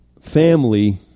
family